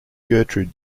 gertrude